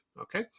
Okay